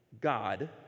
God